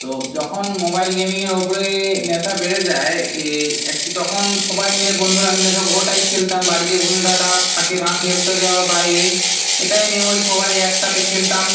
তো যখন মোবাইল গেমিংয়ের ওপরে নেশা বেড়ে যায় এই অ্যাকচি তখন সবাই মিলে বন্ধুরা মিলে সবাই ওটাই খেলতাম বাড়িতে বসে থাকা ফাঁকে না খেলতে যাওয়া বাইরে এটাই মেমোরি সবারি একসাতে খেলতাম